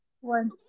One